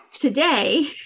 Today